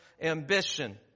ambition